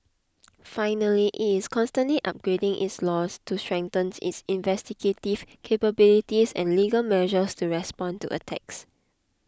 finally it is constantly upgrading its laws to strengthen its investigative capabilities and legal measures to respond to attacks